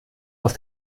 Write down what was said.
aus